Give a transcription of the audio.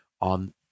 on